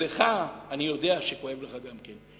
ולך, אני יודע שכואב לך גם כן.